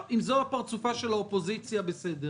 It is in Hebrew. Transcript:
טוב, אם זה פרצופה של האופוזיציה בסדר.